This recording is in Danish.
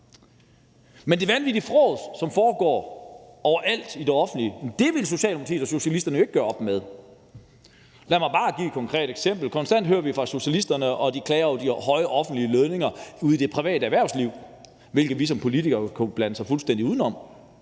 Men det vanvittige frås, der foregår overalt i det offentlige, vil Socialdemokratiet og socialisterne jo ikke gøre op med. Lad mig bare give et konkret eksempel: Vi hører konstant socialisterne klage over de høje lønninger i det private erhvervsliv, hvilket vi som politikere skal blande os fuldstændig udenom,